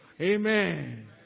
Amen